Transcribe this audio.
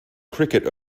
cricket